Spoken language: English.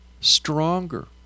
stronger